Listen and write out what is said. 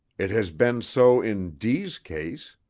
it has been so in d s case.